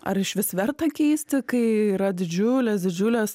ar išvis verta keisti kai yra didžiulės didžiulės